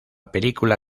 película